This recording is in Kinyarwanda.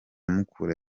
mukura